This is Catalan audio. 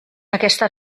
aquesta